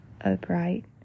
upright